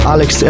Alex